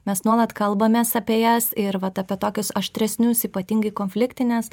mes nuolat kalbamės apie jas ir vat apie tokius aštresnius ypatingai konfliktines